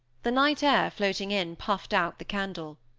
the night-air floating in puffed out the candle.